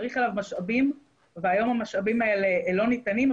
צריך אליו משאבים והיום המשאבים האלה לא ניתנים,